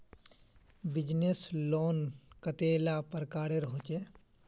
Business loan कतेला प्रकारेर होचे?